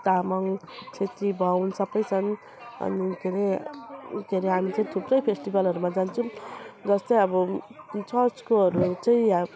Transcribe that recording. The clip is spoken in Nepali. तामाङ छेत्री बाहुन सबै छन् अनि के अरे के अरे हामी चाहिँ थुप्रै फेस्टिबलहरूमा जान्छौँ जस्तै अब चर्चकोहरू चाहिँ